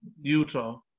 Utah